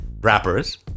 Rappers